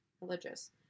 religious